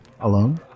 alone